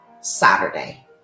Saturday